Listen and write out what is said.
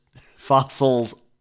fossils